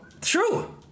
True